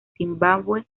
zimbabue